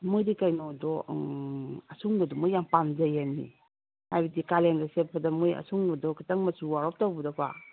ꯃꯣꯏꯗꯤ ꯀꯩꯅꯣꯗꯣ ꯑꯁꯨꯡꯕꯗꯣ ꯃꯣꯏꯗꯤ ꯌꯥꯝ ꯄꯥꯝꯖꯩꯃꯤ ꯍꯥꯏꯕꯗꯤ ꯀꯥꯂꯦꯟꯗ ꯁꯦꯠꯄꯗ ꯃꯣꯏ ꯑꯁꯨꯡꯕꯗꯣ ꯈꯤꯇꯪ ꯃꯆꯨ ꯋꯥꯎꯔꯞ ꯇꯧꯕꯗꯀꯣ